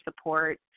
support